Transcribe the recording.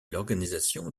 l’organisation